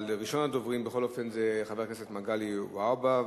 ראשון הדוברים, בכל אופן, זה חבר הכנסת מגלי והבה.